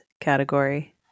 category